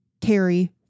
Terry